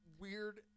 weird